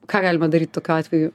ką galima daryt tokiu atveju